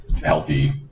healthy